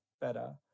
better